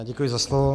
Děkuji za slovo.